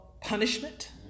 punishment